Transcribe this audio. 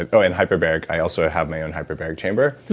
ah oh, and hyperbaric. i also have my own hyperbaric chamber,